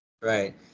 Right